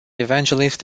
evangelist